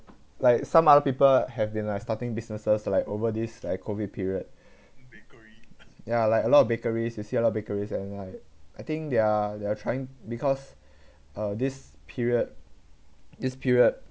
like some other people have been like starting businesses like over this like COVID period yeah like a lot of bakeries you see a lot bakeries and like I think they are they are trying because uh this period this period